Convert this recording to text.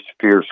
fierce